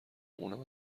اونم